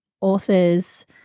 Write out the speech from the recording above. authors